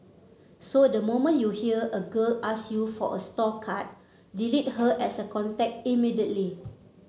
so the moment you hear a girl ask you for a store card delete her as a contact immediately